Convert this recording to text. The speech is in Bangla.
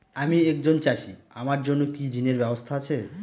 আমি একজন চাষী আমার জন্য কি ঋণের ব্যবস্থা আছে?